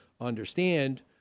understand